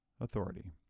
authority